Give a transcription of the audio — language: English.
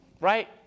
Right